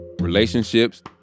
relationships